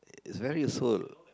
is very useful